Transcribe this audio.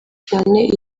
cyane